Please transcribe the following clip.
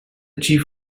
chief